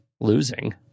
losing